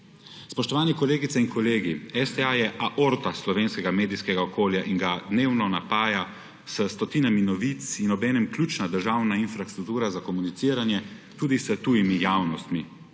Spoštovani kolegice in kolegi! STA je aorta slovenskega medijskega okolja in ga dnevno napaja s stotinami novic in obenem ključna državna infrastruktura za komuniciranje, tudi s tujimi javnostmi.